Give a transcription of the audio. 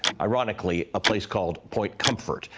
ironically, a place called point comfort.